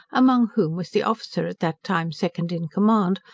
among whom was the officer at that time second in command,